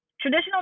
Traditional